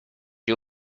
you